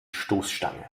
stoßstange